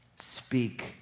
Speak